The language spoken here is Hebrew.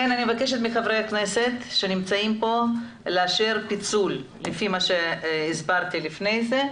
אני מבקשת מחברי הכנסת הנוכחים כאן לאשר את הפיצול כפי שהסברתי לפני כן.